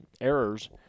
errors